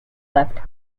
left